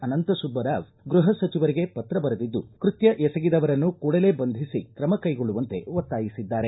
ಅನಂತಸುಬ್ಬರಾವ್ ಗೃಪ ಸಚಿವರಿಗೆ ಪತ್ರ ಬರೆದಿದ್ದು ಕೃತ್ತ ಎಸಗಿದವರನ್ನು ಕೂಡಲೇ ಬಂಧಿಸಿ ಕ್ರಮ ಕೈಗೊಳ್ಳುವಂತೆ ಒತ್ತಾಯಿಸಿದ್ದಾರೆ